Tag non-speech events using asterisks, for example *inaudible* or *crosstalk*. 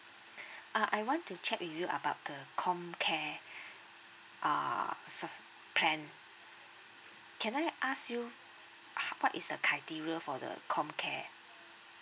uh I want to check with you about the comcare err sup~ plan can I ask you *noise* what is the criteria for the comcare